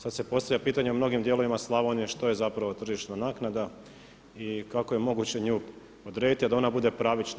Sada se postavlja pitanje u mnogim dijelovima Slavonije što je zapravo tržišna naknada i kako je moguće nju odrediti a da ona bude pravična.